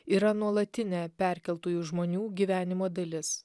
yra nuolatinė perkeltųjų žmonių gyvenimo dalis